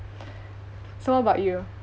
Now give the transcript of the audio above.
so what about you